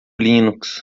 linux